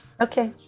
Okay